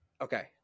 okay